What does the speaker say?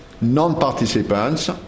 non-participants